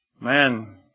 Man